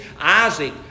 Isaac